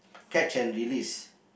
catch and release